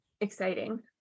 exciting